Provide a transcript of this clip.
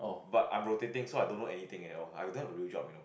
but I'm rotating so I don't know anything at all I don't a real job you know